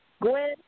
Gwen